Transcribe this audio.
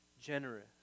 generous